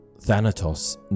Thanatos